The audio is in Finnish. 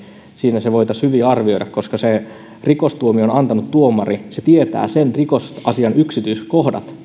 siinä se voitaisiin hyvin arvioida koska se rikostuomion antanut tuomari tietää sen rikosasian yksityiskohdat